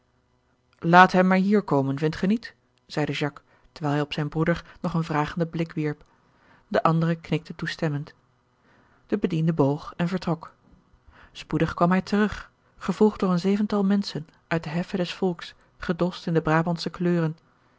laat hen maar hier komen vindt ge niet zeide jacques terwijl hij op zijn broeder nog een vragenden blik wierp de andere knikte toestemmend de bediende boog en vertrok spoedig kwam hij terug gevolgd door een zevental menschen uit de heffe des volks gedost in de brabantsche kleuren